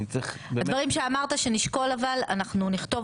הדברים שאמרת שנשקול אבל אנחנו נכתוב